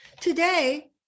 Today